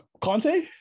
Conte